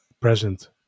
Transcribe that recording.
present